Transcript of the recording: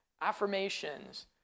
affirmations